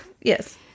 Yes